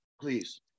Please